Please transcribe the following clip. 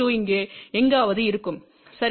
2 இங்கே எங்காவது இருக்கும் சரி